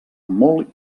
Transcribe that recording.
molt